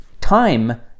Time